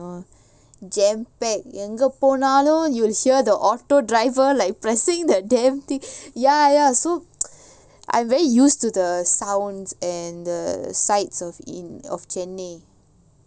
jam packed bangalore you will hear the auto driver like pressing that damn thing yeah yeah so I'm very used to the sounds and the sites of in~ of chennai